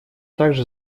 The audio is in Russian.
также